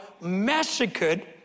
massacred